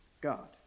God